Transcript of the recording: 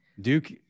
Duke